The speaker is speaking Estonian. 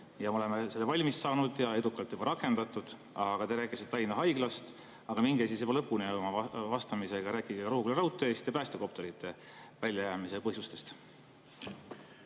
Me oleme selle valmis saanud ja see on edukalt juba rakendatud. Te rääkisite Tallinna Haiglast, aga minge siis juba lõpuni oma vastamisega, rääkige ka Rohuküla raudteest ja päästekopterite väljajäämise põhjustest.